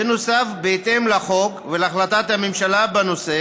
בנוסף, בהתאם לחוק ולהחלטת הממשלה בנושא